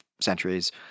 centuries